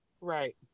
Right